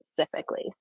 specifically